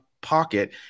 Pocket